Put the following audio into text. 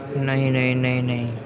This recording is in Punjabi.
ਨਹੀਂ ਨਹੀਂ ਨਹੀਂ ਨਹੀਂ